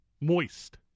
Moist